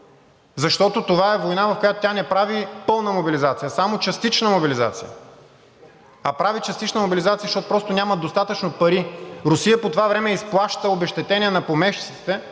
защото това е война, в която тя не прави пълна мобилизация, а само частична мобилизация. А прави частична мобилизация, защото просто нямат достатъчно пари. Русия по това време изплаща обезщетения на помешчиците